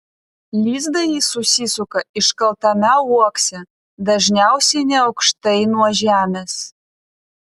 lizdą ji susisuka iškaltame uokse dažniausiai neaukštai nuo žemės